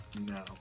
No